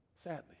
sadly